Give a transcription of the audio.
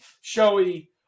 showy